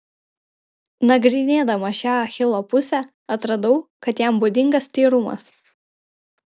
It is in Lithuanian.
nagrinėdama šią achilo pusę atradau kad jam būdingas tyrumas